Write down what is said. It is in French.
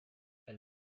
elle